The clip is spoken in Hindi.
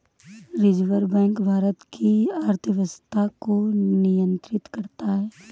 रिज़र्व बैक भारत की अर्थव्यवस्था को नियन्त्रित करता है